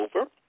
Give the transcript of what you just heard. over